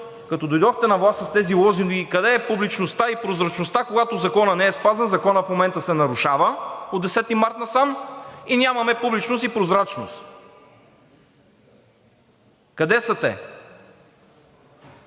като дойдохте на власт с тези лозунги: къде е публичността и прозрачността, когато Законът не е спазен, Законът в момента се нарушава – от 10 март насам, и нямаме публичност и прозрачност? Къде са те?!